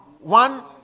One